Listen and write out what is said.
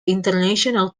international